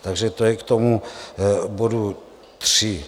Takže to je k tomu bodu 3.